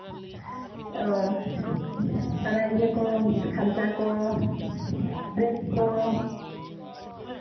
ᱚ ᱫᱚᱢᱮ ᱤᱭᱟᱹ ᱠᱚ ᱠᱷᱟᱧᱪᱟ ᱠᱚ ᱵᱨᱮᱠ ᱠᱚ